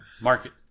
market